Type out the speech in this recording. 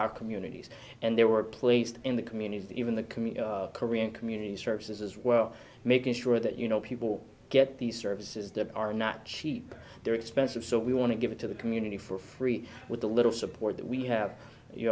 our communities and they were placed in the community even the community korean community services as well making sure that you know people get these services that are not cheap they're expensive so we want to give it to the community for free with a little support that we have you